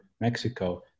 mexico